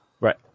Right